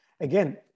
Again